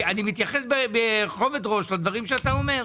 אני מתייחס בכובד ראש לדברים שאתה אומר,